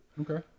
Okay